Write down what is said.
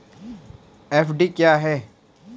FD क्या है?